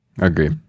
Agree